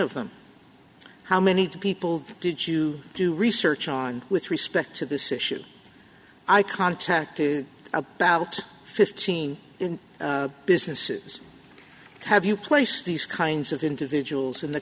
of them how many people did you do research on with respect to this issue i contacted about fifteen businesses have you placed these kinds of individuals in the